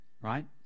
Right